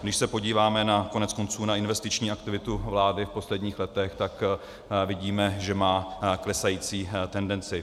Když se podíváme koneckonců na investiční aktivitu vlády v posledních letech, vidíme, že má klesající tendenci.